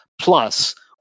plus